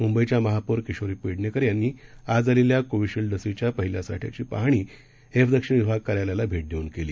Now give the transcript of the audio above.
मुंबईच्यामहापौरकिशोरीपेडणेकरयांनीआजआलेल्याकोविशिल्डलसीच्यापहिल्यासाठ्याचीपाहणीएफदक्षिणविभागकार्यालयाला भेटदेऊनकेली